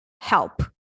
help